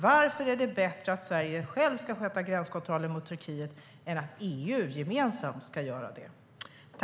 Varför är det bättre att Sverige självt ska sköta kontrollen av gränsen mot Turkiet än att EU gemensamt ska göra det?